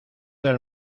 del